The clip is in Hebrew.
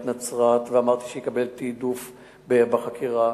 נצרת ואמרתי שזה יקבל תעדוף בחקירה,